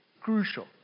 crucial